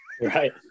right